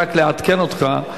רק לעדכן אותך,